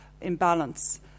imbalance